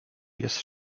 pies